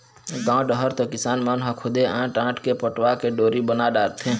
गाँव डहर तो किसान मन ह खुदे आंट आंट के पटवा के डोरी बना डारथे